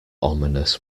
ominous